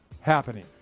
happening